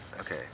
Okay